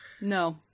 No